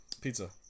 Pizza